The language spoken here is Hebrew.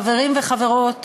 חברים וחברות